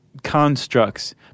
constructs